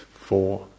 four